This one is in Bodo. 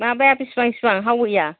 माबा बेसेबां बेसेबां हावयैया